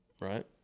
right